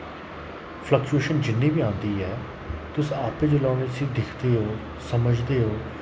fluctuation जिन्नी बी आंदी ऐ तुस आपे जुल्लै हून इस्सी दिक्खगे ओ समझदे ओ